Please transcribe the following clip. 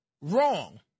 wrong